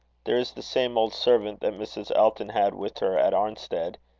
there is the same old servant that mrs. elton had with her at arnstead.